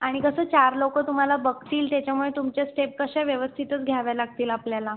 आणि कसं चार लोक तुम्हाला बघतील त्याच्यामुळे तुमच्या स्टेप कशा व्यवस्थितच घ्याव्या लागतील आपल्याला